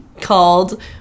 called